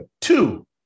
Two